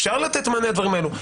אפשר לתת מענה לדברים האלו.